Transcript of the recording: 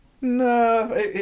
No